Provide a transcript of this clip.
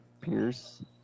Pierce